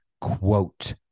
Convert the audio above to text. quote